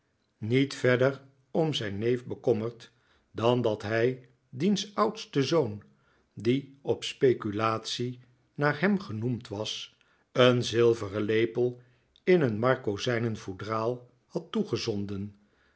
niet verder om zijn neef bekommerd dan dat hij diens oudsten zoon die op speculatie naar hem genoemd was een zilveren lepel in een marokijnen foudraal had toegezonden